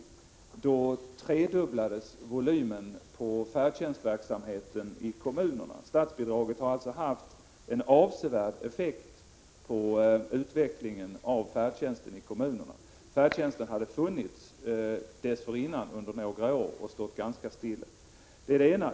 Under den tiden tredubblades volymen på färdtjänstverksamheten i kommunerna. Statsbidraget har alltså haft en avsevärd effekt på utvecklingen av färdtjänsten i kommunerna. Färdtjänstverksamheten hade funnits under några år dessförinnan och stått ganska stilla i utvecklingen. — Det är det ena.